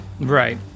right